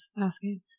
asking